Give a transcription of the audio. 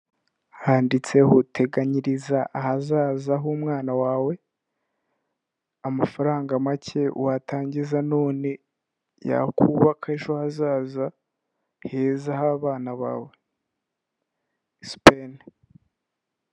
Handitseho teganyiriza ahazaza h'umwana wawe, amafaranga make watangiza none, yakubaka ejo hazaza heza h'abana bawe. Sipene.